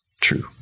true